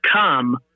come